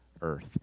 earth